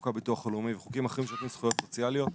מחוק הביטוח הלאומי וחוקים אחרים שנותנים זכויות סוציאליות,